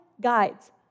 guides